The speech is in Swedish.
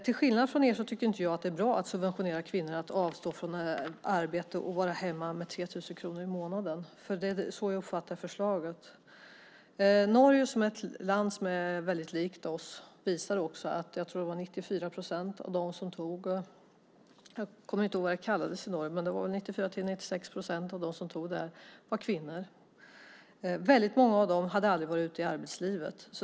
Till skillnad från er tycker inte jag att det är bra att subventionera kvinnor för att de avstår från arbete och är hemma med 3 000 kronor i månaden. Det är så jag uppfattar förslaget. I Norge, som är ett land som är väldigt likt Sverige, har det visat sig att 94-96 procent av dem som tog vårdnadsbidraget - jag kommer inte ihåg vad det kallas där - var kvinnor. Många av dem hade aldrig varit ute i arbetslivet.